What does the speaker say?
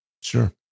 Sure